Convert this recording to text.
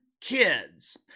Kids